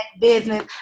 business